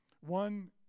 One